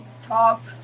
top